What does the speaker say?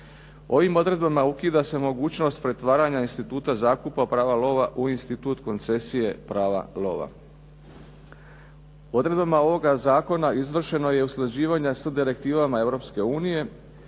Ovim odredbama ukida se mogućnost pretvaranja instituta zakupa prava lova u institut koncesije prava lova. Odredbama ovoga zakona izvršeno je usklađivanje sa direktivama